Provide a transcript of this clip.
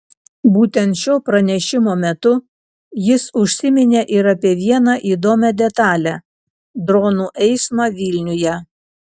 būtent šio pranešimo metu jis užsiminė ir apie vieną įdomią detalę dronų eismą vilniuje